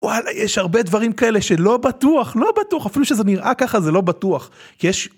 יש הרבה דברים כאלה שלא בטוח לא בטוח אפילו שזה נראה ככה זה לא בטוח כי יש.